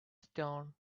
stone